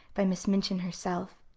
by miss minchin herself.